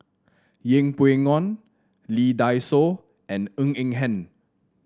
Yeng Pway Ngon Lee Dai Soh and Ng Eng Hen